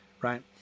right